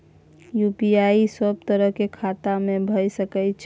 UPI सब तरह के खाता में भय सके छै?